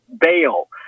bail